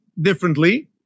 differently